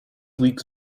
leagues